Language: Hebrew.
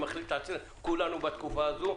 כולנו בתקופה הזו,